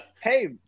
hey